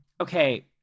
Okay